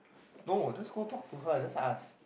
no just go talk to her and just ask